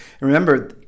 remember